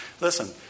Listen